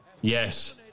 Yes